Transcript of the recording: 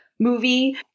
movie